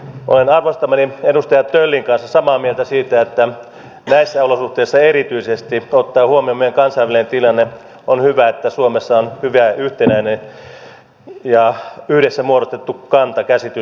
olen arvostamani edustaja töllin kanssa samaa mieltä siitä että näissä olosuhteissa erityisesti ottaen huomioon meidän kansainvälinen tilanteemme on hyvä että suomessa on yhtenäinen ja yhdessä muodostettu kanta käsitys